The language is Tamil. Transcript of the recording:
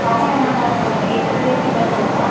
தனியாக தான் மேம் ஒரு எட்டு பேர் கிட்டே போகிறோம்